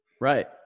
Right